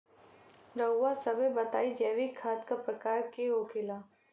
रउआ सभे बताई जैविक खाद क प्रकार के होखेला?